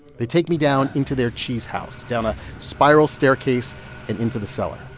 they take me down into their cheese house, down a spiral staircase and into the cellar,